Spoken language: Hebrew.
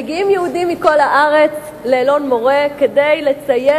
מגיעים יהודים מכל הארץ לאלון-מורה כדי לציין